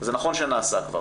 זה נכון שנעשה כבר,